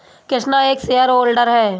कृष्णा एक shareholder है